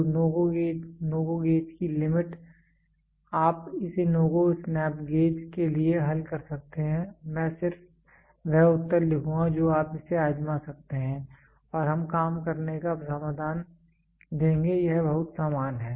तो NO GO gauge की limit आप इसे NO GO स्नैप गेज के लिए हल कर सकते हैं मैं सिर्फ वह उत्तर लिखूंगा जो आप इसे आजमा सकते हैं और हम काम करने का समाधान देंगे यह बहुत समान है